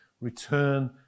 return